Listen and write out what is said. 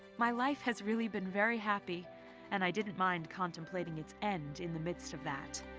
my life has really been very happy and i didn't mind contemplating its end in the midst of that.